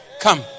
Come